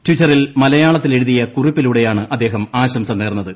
ട്വിറ്ററിൽ മലയാളത്തിലെഴുതിയ കുറിപ്പിലൂടെയാണ് അദ്ദേഹം ആശംസ നേർന്നത്